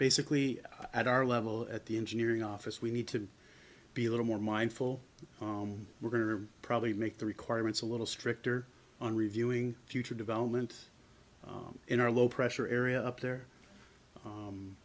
basically at our level at the engineering office we need to be a little more mindful we're going to probably make the requirements a little stricter on reviewing future development in our low pressure area up there